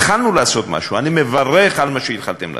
התחלנו לעשות משהו, אני מברך על מה שהתחלתם לעשות,